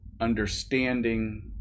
understanding